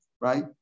right